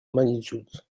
magnitude